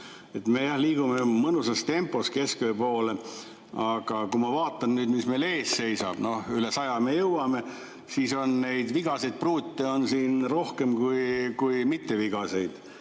Me liigume mõnusas tempos kesköö poole. Aga kui ma vaatan, mis meil ees seisab – üle saja me jõuame –, siis [näen, et] neid vigaseid pruute on siin rohkem kui mittevigaseid.